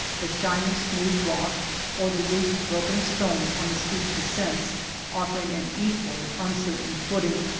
the shiny, smooth rock or the loose, broken stones on the steep descents offering an equally uncertain footing,